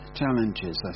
challenges